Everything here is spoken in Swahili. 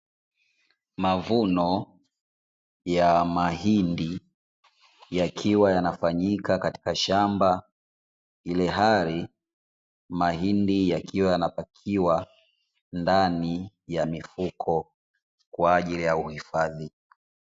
Mavuno ya mahindi yakiwa yanafanyika katika shamba ilhali mahindi yakiwa yanapakiwa ndani ya mifuko kwa ajili ya uhifadhi.